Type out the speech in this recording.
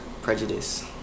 prejudice